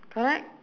correct